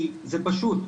כי זה פשוט,